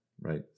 right